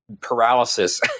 paralysis